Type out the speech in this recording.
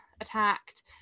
attacked